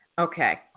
Okay